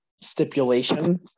stipulation